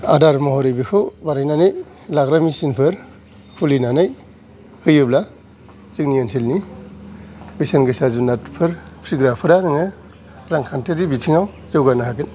आदार महरै बिखौ बानायनानै लाग्रा मेसिन फोर फुलिनानै होयोबा जोंनि ओन्सोलनि बेसेन गोसा जुनारफोर फिग्राफ्रानो रांखान्थि बिथिङाव जौगानो हागोन